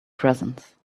presence